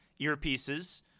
earpieces